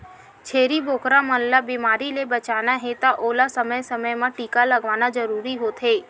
छेरी बोकरा मन ल बेमारी ले बचाना हे त ओला समे समे म टीका लगवाना जरूरी होथे